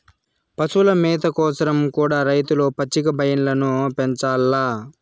పశుల మేత కోసరం కూడా రైతులు పచ్చిక బయల్లను పెంచాల్ల